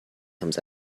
comes